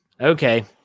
Okay